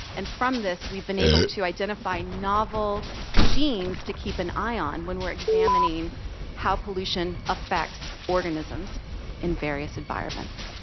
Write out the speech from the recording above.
and from this we've been able to identify novel genes to keep an eye on when we are examining how pollution affects organisms in various environments.